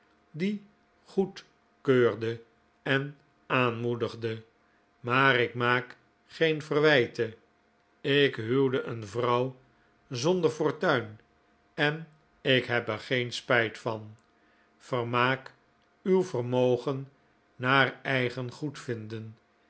die goedkeurde en aanmoedigde maar ik maak geen verwijten ik huwde een vrouw zonder fortuin en ik heb er geen spijt van vermaak uw vermogen naar eigen